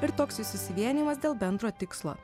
ir toks jų susivienijimas dėl bendro tikslo